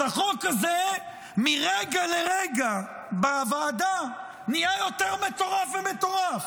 אז החוק הזה מרגע לרגע בוועדה נהיה יותר מטורף ומטורף.